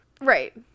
Right